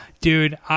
dude